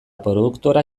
produktora